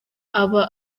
aba